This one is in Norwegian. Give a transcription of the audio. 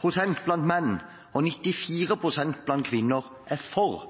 pst. av menn og 94 pst. av kvinner er for